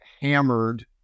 hammered